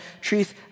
truth